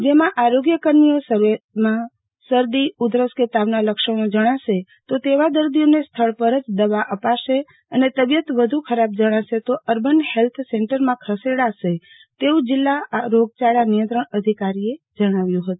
જેમાં આરોગ્ય કર્મીઓ સર્વેમાં શરદી ઉધરસ કે તાવના લક્ષણો જણાશે તો તેવા દર્દીઓને સ્થળ પર જ દવા અપાશે અને તબિયત વધુ ખરાબ જણાશે તો અર્બન ફેલ્થ સેન્ટરમાં ખસેડાશે તેવું જીલ્લા રોગચાળા નિયંત્રણ અધિકારીએ જણાવ્યું હતું